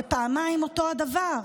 זה פעמיים אותו הדבר.